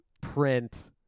print